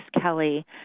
Kelly